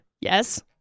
Yes